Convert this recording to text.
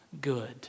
good